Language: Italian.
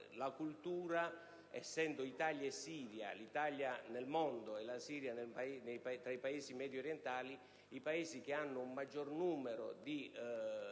la cultura, essendo l'Italia e la Siria (l'Italia nel mondo e la Siria tra i Paesi mediorientali) gli Stati che hanno il maggior numero di